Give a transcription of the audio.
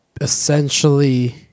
essentially